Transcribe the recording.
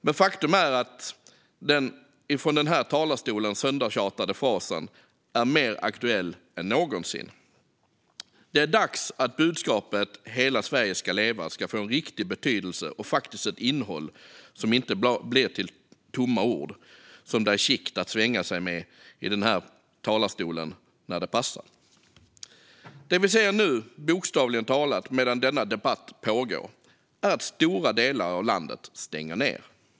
Men faktum är att den ifrån den här talarstolen söndertjatade frasen nu är mer aktuell än någonsin. Det är dags att budskapet att hela Sverige ska leva får en riktig betydelse och ett faktiskt innehåll och inte förblir tomma ord som det är chict att svänga sig med i den här talarstolen när det passar. Det vi ser nu, bokstavligen talat medan denna debatt pågår, är att stora delar av landet stänger ned.